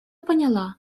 поняла